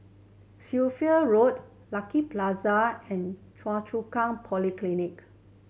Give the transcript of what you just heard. Sophia Road Lucky Plaza and Choa Chu Kang Polyclinic